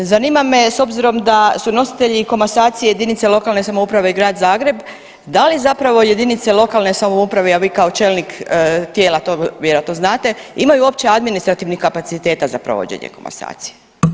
Zanima me s obzirom da su nositelji komasacije jedinice lokalne samouprave i grad Zagreb da li zapravo jedinice lokalne samouprave a vi kao čelnik tijela to vjerojatno znate imaju uopće administrativnih kapaciteta za provođenje komasacije.